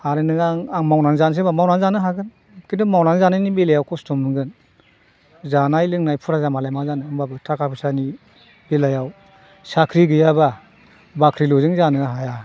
आरो नों आं मावनानै जानोसै होनबा मावानानै जानो हागोन किन्तु मावनानै जानायनि बेलायाव कस्त' मोनगोन जानाय लोंनाय फुरा जाबालाय मा जानो होनबाबो थाखा फैसानि बेलायाव साख्रि गैयाबा बाख्रिल'जों जानो हाया